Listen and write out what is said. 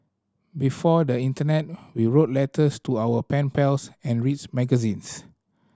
before the internet we wrote letters to our pen pals and reads magazines